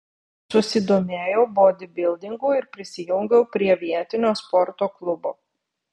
susidomėjau bodybildingu ir prisijungiau prie vietinio sporto klubo